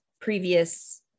previous